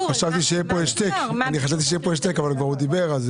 כאן השתק אבל הוא כבר דיבר.